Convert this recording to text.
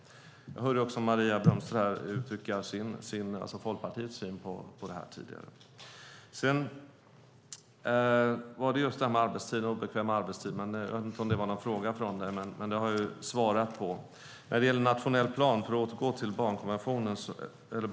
Jag hörde Maria Lundqvist-Brömster tidigare i debatten uttrycka Folkpartiets syn på detta. Beträffande obekväm arbetstid vet jag inte om det var någon direkt fråga från Magnus Ehrencrona, men det har jag svarat på.